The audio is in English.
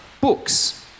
books